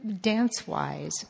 dance-wise